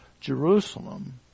Jerusalem